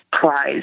prize